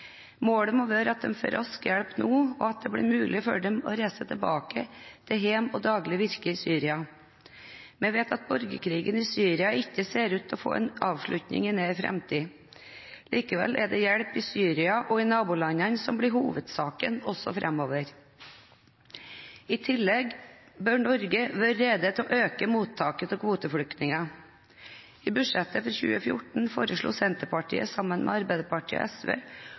Målet må være at de får rask hjelp nå, og at det blir mulig for dem å reise tilbake til hjem og daglig virke i Syria. Jeg vet at borgerkrigen i Syria ikke ser ut til å få en avslutning i nær framtid. Likevel er det hjelp i Syria og i nabolandene som blir hovedsaken også framover. I tillegg bør Norge være rede til å øke mottaket av kvoteflyktninger. I budsjettet for 2014 foreslo Senterpartiet sammen med Arbeiderpartiet og SV